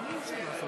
אני מודה למשלחות